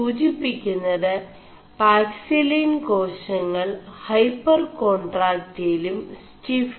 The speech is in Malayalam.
ഇത് സൂചിçി ുMത് പാക്സിലിൻ േകാശÆൾ ൈഹçർ േകാൺ4ടാക്ൈടലും ¶ിഫറും ആണ്